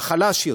החלש יותר.